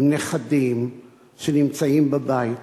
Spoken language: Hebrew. עם נכדים שנמצאים בבית.